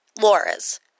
Laura's